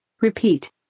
Repeat